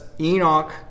Enoch